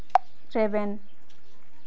ᱨᱮᱵᱮᱱ